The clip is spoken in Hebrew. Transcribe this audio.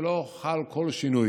שלא חל כל שינוי.